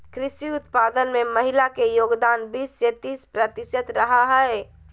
कृषि उत्पादन में महिला के योगदान बीस से तीस प्रतिशत रहा हइ